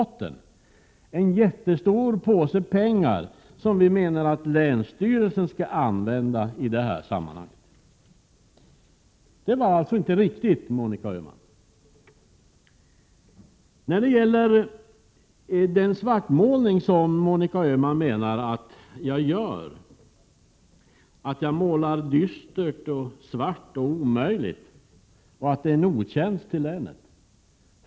Det är en jättestor påse pengar, som vi menar att länsstyrelsen skall använda i detta sammanhang. Det påståendet var alltså inte riktigt, Monica Öhman! Monica Öhman menar att jag gör en svartmålning, målar upp en bild av Norrbotten som dystert, svart och omöjligt. Hon säger att det är en otjänst mot länet.